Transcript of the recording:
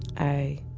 i